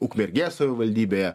ukmergės savivaldybėje